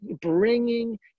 bringing